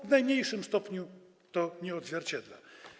W najmniejszym stopniu nie odzwierciedla.